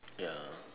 ya